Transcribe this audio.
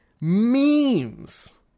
Memes